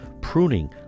pruning